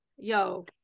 yo